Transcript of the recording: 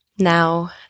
Now